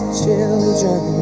children